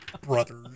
brothers